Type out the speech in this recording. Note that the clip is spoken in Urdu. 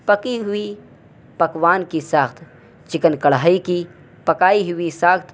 پکی ہوئی پکوان کی ساخت چکن کڑھائی کی پکائی ہوئی ساخت